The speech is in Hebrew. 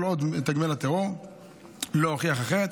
כל עוד מתגמל הטרור לא הוכיח אחרת.